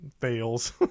fails